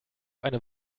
eine